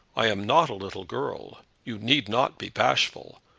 i am not a little girl. you need not be bashful.